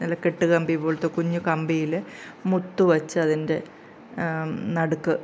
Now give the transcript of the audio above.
നല്ല കെട്ട് കമ്പി പോലത്തെ കുഞ്ഞു കമ്പിയിലെ മുത്തു വെച്ച് അതിൻ്റെ നട നടുക്ക്